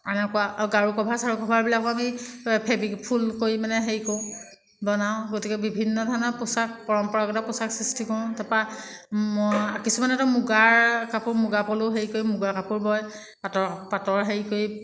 এনেকুৱা আৰু গাৰু কভাৰ চাৰু কভাৰবিলাকো আমি ফেব্ৰিক ফুল কৰি মানে হেৰি কৰোঁ বনাওঁ গতিকে বিভিন্ন ধৰণৰ পোচাক পৰম্পৰাগত পোচাক সৃষ্টি কৰোঁ তাৰপৰা মই কিছুমানেতো মুগাৰ কাপোৰ মুগাপলু হেৰি কৰি মুগাৰ কাপোৰ বয় পাটৰ পাটৰ হেৰি কৰি